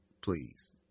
please